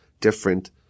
different